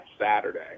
Saturday